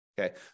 Okay